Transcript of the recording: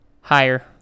Higher